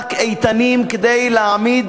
מאבק איתנים כדי להעמיד